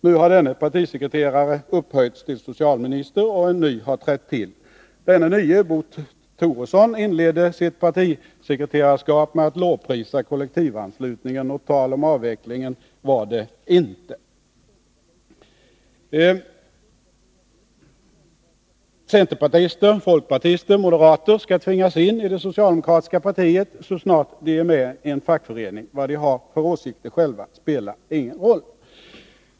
Nu har denne partisekreterare upphöjts till socialminister, och en ny har trätt till. Denne nye — Bo Toresson — inleder sitt partisekreterarskap med att lovprisa kollektivanslutningen — något tal om avveckling var det inte. Centerpartister, folkpartister och moderater skall tvingas in i det socialdemokratiska partiet, så snart de är med i en fackförening — vad de har för åsikter själva spelar ingen roll.